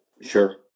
Sure